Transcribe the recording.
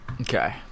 okay